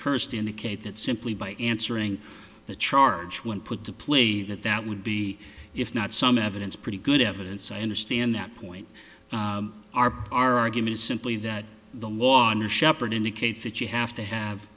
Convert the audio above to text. first indicate that simply by answering the charge when put the plea that that would be if not some evidence pretty good evidence i understand that point our argument simply that the law and the shepherd indicates that you have to have